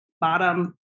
bottom